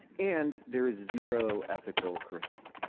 and there is zero ethical curriculum.